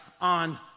on